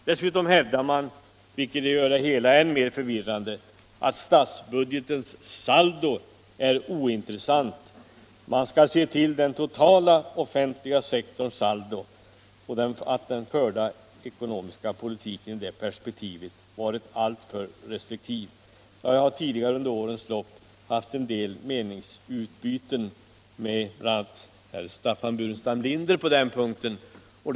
Dessutom hävdar man, vilket gör det hela ännu mer förvirrande, att statsbudgetens saldo är ointressant, att man skall se till den totala offentliga sektorns saldo och att den förda ekonomiska politiken i det perspektivet varit alltför restriktiv. Jag har tidigare under årens lopp haft en del meningsutbyten med bl.a. herr Staffan Burenstam Linder på den här punkten.